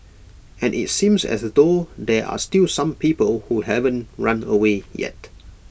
and IT seems as though there are still some people who haven't run away yet